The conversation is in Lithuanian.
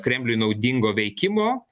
kremliui naudingo veikimo